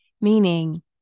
Meaning